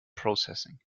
processing